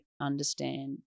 understand